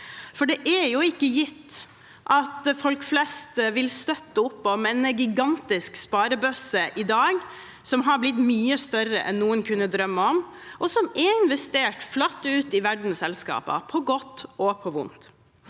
Det er jo ikke gitt at folk flest i dag vil støtte opp om en gigantisk sparebøsse som har blitt mye større enn noen kunne drømme om, og som er investert flatt ut i verdens selskaper, på godt og vondt.